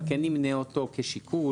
אבל כן נמנה אותו כשיקול,